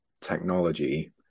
technology